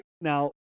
Now